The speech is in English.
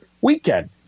weekend